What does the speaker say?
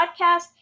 podcast